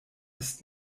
ist